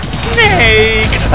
snake